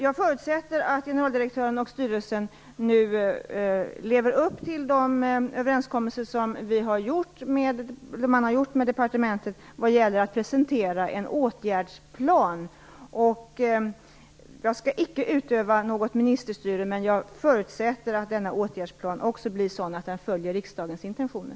Jag förutsätter att generaldirektören och styrelsen lever upp till de överenskommelser som man har gjort med departementet vad gäller att presentera en åtgärdsplan. Jag skall icke utöva något ministerstyre, men jag förutsätter att denna åtgärdsplan också blir sådan att den följer riksdagens intentioner.